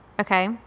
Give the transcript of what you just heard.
okay